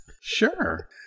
sure